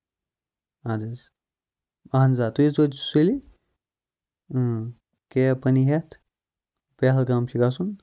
اَہن حظ اَہن حظ آ تُہۍ أژوٕ حظ سُلہِ اۭں کیب پَنٕںۍ ہیٚتھ پہلگام چھُ گژھُن